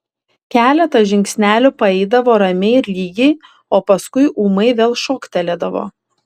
keletą žingsnelių paeidavo ramiai ir lygiai o paskui ūmai vėl šoktelėdavo